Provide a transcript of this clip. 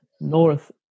North